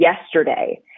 yesterday